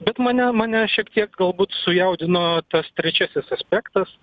bet mane mane šiek tiek galbūt sujaudino tas trečiasis aspektas